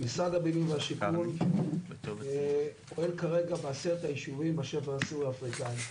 משרד הבינוי והשיכון פועל כרגע בעשרת היישובים בשבר הסורי-אפריקני.